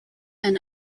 and